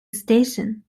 station